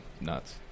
nuts